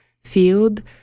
field